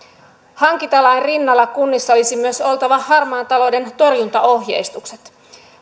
hankintalain rinnalla kunnissa olisi oltava myös harmaan talouden torjuntaohjeistukset